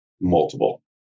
multiple